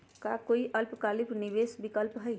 का काई अल्पकालिक निवेस विकल्प हई?